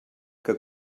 que